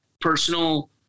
personal